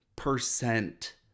percent